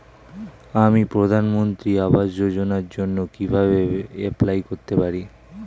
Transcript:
আমি প্রধানমন্ত্রী আবাস যোজনার জন্য কিভাবে এপ্লাই করতে পারি?